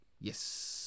Yes